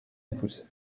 épouse